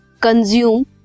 consume